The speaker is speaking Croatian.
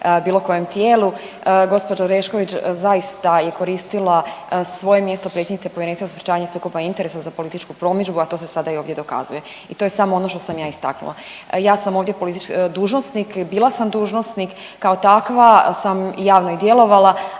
bilo kojem tijelu. Gospođa Orešković zaista je koristila svoje mjesto predsjednice Povjerenstva za sprječavanje sukoba interesa za političku promidžbu, a to se sada i ovdje dokazuje i to je samo ono što sam ja istaknula. Ja sam ovdje dužnosnik, bila sam dužnosnik kao takva sam javno i djelovala,